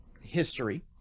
history